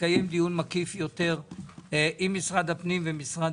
נקיים דיון מקיף עם משרד הפנים ועם משרד